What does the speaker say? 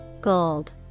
gold